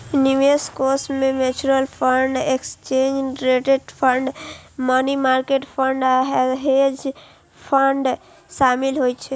निवेश कोष मे mutual fund, exchange traded fund, money market fund आ हेज फंड शामिल होइ छै